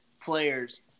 players